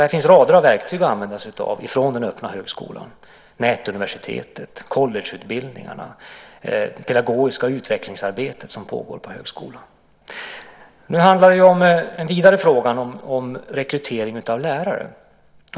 Det finns rader av verktyg att använda sig av, ifrån den öppna högskolan, nätuniversitetet och collegeutbildningarna till det pedagogiska utvecklingsarbete som pågår på högskolan. Nu handlar det om den vidare frågan om rekrytering av lärare.